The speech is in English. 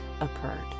occurred